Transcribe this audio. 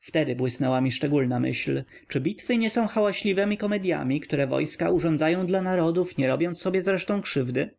wtedy błysnęła mi szczególna myśl czy bitwy nie są hałaśliwemi komedyami które wojska urządzają dla narodów nie robiąc sobie zresztą krzywdy